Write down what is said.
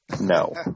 No